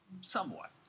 somewhat